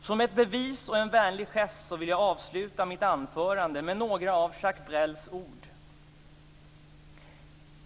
Som ett bevis och en vänlig gest vill jag avsluta mitt anförande med några av Jacques Brels ord.